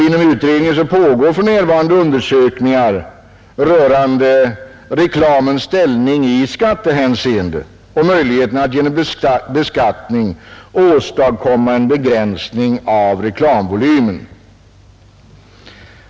Inom utredningen pågår för närvarande undersökningar rörande reklamens ställning i skattehänseende och rörande möjligheterna att genom beskattningen åstadkomma en begränsning av reklamvolymen.